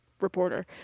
Reporter